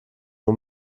nur